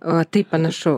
o tai panašu